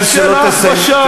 של ההכפשה,